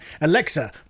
Alexa